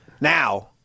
Now